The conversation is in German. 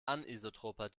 anisotroper